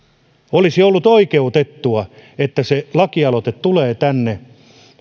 olisi ollut oikeutettua että se lakialoite olisi tullut tänne